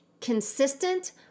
consistent